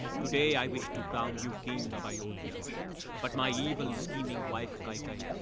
today i wish to crown you king of ayodhya but my evil scheming wife kaikeyi